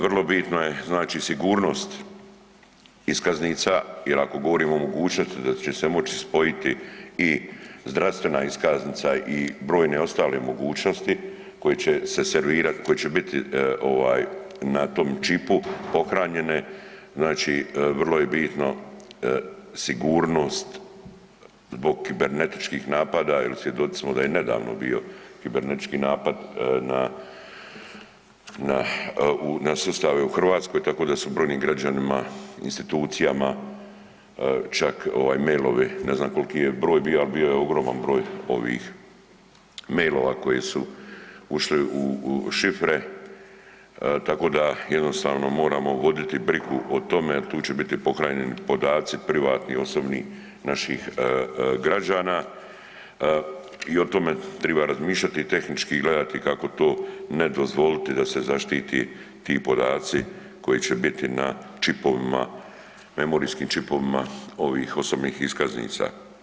Vrlo bitno je znači sigurnost iskaznica jel ako govorimo o mogućnosti da će se moći spojiti i zdravstvena iskaznica i brojne ostale mogućnosti koje će se servirat, koje će biti ovaj na tom čipu pohranjene, znači vrlo je bitno sigurnost zbog kibernetičkih napada jel svjedoci smo da je nedavno bio kibernetički napad na, na, u, na sustave u Hrvatskoj, tako da su brojnim građanima i institucijama čak ovaj mailovi, ne znam kolki je broj bio, al bio je ogroman broj ovih mailova koje su ušli u šifre, tako da jednostavno moramo voditi brigu o tome jel tu će biti pohranjeni podaci, privatni, osobni naših građana i o tome triba razmišljati i tehnički gledati kako to ne dozvoliti da se zaštiti ti podaci koji će biti na čipovima, memorijskim čipovima ovih osobnih iskaznica.